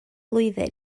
blwyddyn